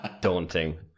daunting